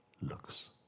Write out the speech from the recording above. looks